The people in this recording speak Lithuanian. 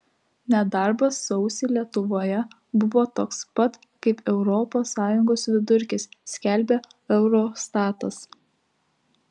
nedarbas sausį lietuvoje buvo toks pat kaip europos sąjungos vidurkis skelbia eurostatas